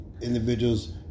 individuals